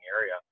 area